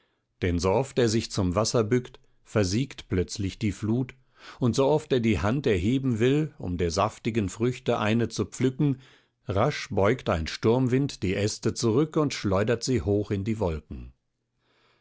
denn so oft er sich zum wasser bückt versiegt plötzlich die flut und so oft er die hand erheben will um der saftigen früchte eine zu pflücken rasch beugt ein sturmwind die äste zurück und schleudert sie hoch in die wolken